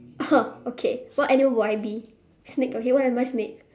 okay what animal would I be snake okay why am I snake